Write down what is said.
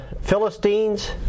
Philistines